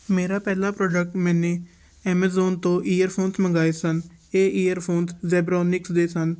ਮੇਰਾ ਪਹਿਲਾ ਪ੍ਰੋਡਕਟ ਮੈਨੇ ਐਮੇਜ਼ੋਨ ਤੋਂ ਈਅਰਫੋਨਸ ਮੰਗਵਾਏ ਸਨ ਇਹ ਈਅਰਫੋਨਸ ਜੈਬਰੋਨਿਕਸ ਦੇ ਸਨ